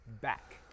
back